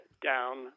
down